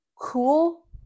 Cool